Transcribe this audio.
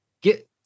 get